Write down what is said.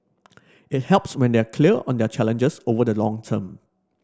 it helps when they are clear on their challenges over the long term